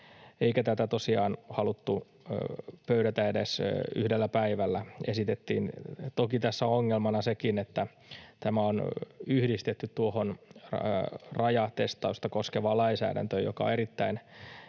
eikä tätä tosiaan haluttu pöydätä edes yhdellä päivällä. Toki tässä on ongelmana sekin, että tämä on yhdistetty tuohon rajatestausta koskevaan lainsäädäntöön, mikä on erittäin